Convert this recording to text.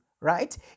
right